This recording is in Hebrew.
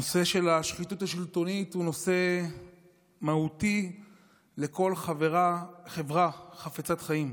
הנושא של השחיתות השלטונית הוא נושא מהותי לכל חברה חפצת חיים.